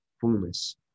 fullness